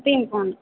तीन कोन